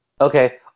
Okay